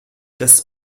das